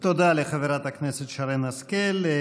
תודה לחברת הכנסת שרן השכל.